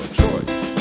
choice